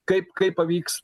kaip kaip pavyks